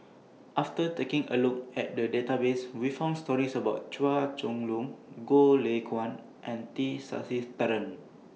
after taking A Look At The Database We found stories about Chua Chong Long Goh Lay Kuan and T Sasitharan